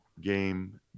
game